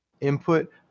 input